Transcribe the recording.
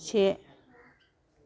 से